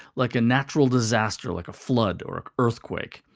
like a natural disaster like a flood or an earthquake.